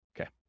okay